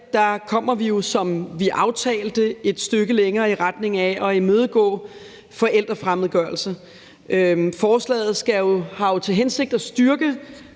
her kommer vi jo, som vi aftalte, et stykke længere i retning af at imødegå forældrefremmedgørelse. Forslaget har jo til hensigt at styrke